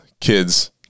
kids